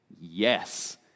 Yes